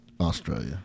Australia